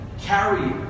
carry